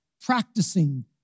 Practicing